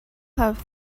have